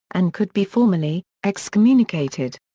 and could be formally, excommunicated.